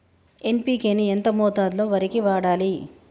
NPK ని ఎంత మోతాదులో వరికి వాడాలి?